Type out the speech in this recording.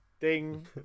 Ding